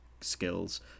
skills